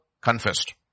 confessed